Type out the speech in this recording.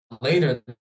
later